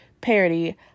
parody